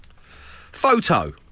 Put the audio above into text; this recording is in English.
Photo